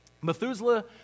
Methuselah